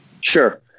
Sure